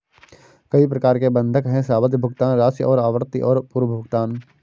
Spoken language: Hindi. कई प्रकार के बंधक हैं, सावधि, भुगतान राशि और आवृत्ति और पूर्व भुगतान